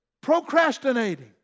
Procrastinating